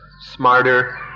smarter